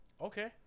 Okay